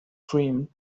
dream